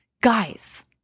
Guys